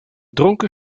dronken